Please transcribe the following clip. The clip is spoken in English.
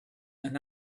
and